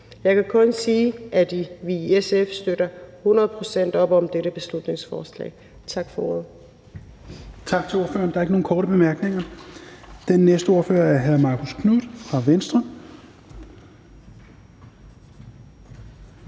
Jeg kan kun sige, at vi i SF støtter hundrede procent op om dette beslutningsforslag. Tak for ordet.